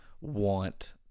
want